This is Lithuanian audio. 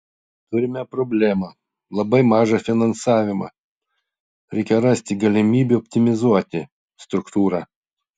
turime problemą labai mažą finansavimą reikia rasti galimybių optimizuoti struktūrą